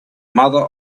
mother